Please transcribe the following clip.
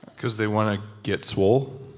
because they want to get swole?